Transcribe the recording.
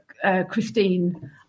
Christine